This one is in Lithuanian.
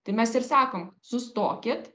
tai mes ir sakom sustokit